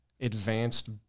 advanced